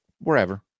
wherever